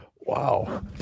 Wow